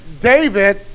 David